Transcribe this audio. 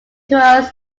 was